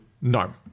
No